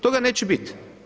Toga neće bit.